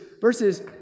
Versus